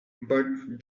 but